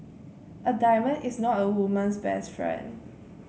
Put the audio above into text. a diamond is not a woman's best friend